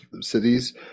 cities